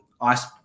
ice